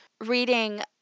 reading